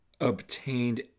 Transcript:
obtained